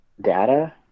data